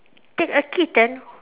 take a kitten